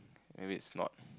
if it's not